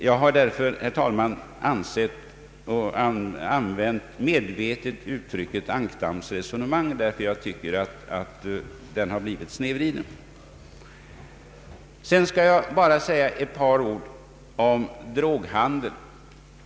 Jag har därför, herr talman, medvetet använt uttrycket ankdammsresonemang därför att jag tycker att diskussionen har blivit snedvriden. Jag skall nu bara säga några ord om droghandeln.